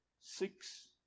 six